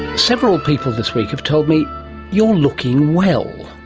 several people this week have told me you're looking well.